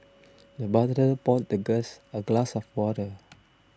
the butler poured the guest a glass of water